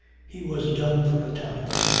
he was dumb for a time,